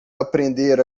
aprender